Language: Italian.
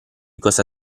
cosa